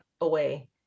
away